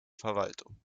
verwaltung